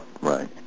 right